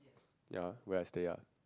ya where I stay ah